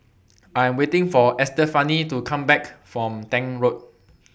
I Am waiting For Estefani to Come Back from Tank Road